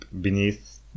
beneath